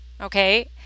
Okay